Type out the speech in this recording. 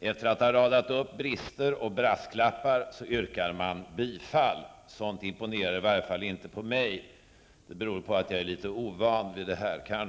Efter att ha radat upp brister och brasklappar yrkar man bifall. Sådant imponerar i varje fall inte på mig. Det beror kanske på att jag är litet ovan vid det här.